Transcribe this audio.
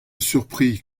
surprit